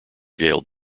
gale